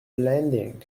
landing